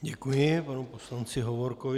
Děkuji panu poslanci Hovorkovi.